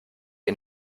die